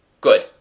GOOD